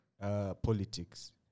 politics